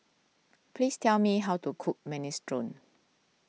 please tell me how to cook Minestrone